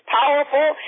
powerful